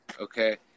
okay